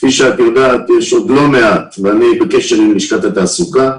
אני בקשר עם לשכת התעסוקה,